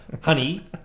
honey